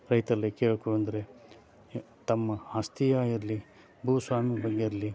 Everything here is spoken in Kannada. ರೈತರಲ್ಲಿ ಕೇಳಿಕೊಳ್ಳೋದಂದ್ರೆ ತಮ್ಮ ಆಸ್ತಿಯೇ ಆಗಿರಲಿ ಭೂಸ್ವಾಮ್ಯದ್ ಬಗ್ಗೆ ಇರಲಿ